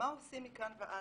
מה עושים מכאן והלאה?